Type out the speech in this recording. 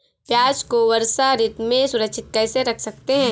प्याज़ को वर्षा ऋतु में सुरक्षित कैसे रख सकते हैं?